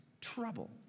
trouble